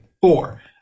four